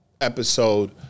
episode